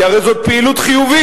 כי הרי זו פעילות חיובית.